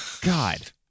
God